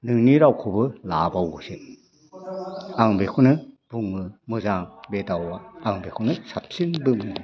नोंनि रावखौबो लाबावोसो आं बेखौनो बुङो मोजां बे दाउआ आं बेखौनो साबसिन बुङो